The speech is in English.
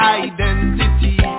identity